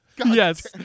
Yes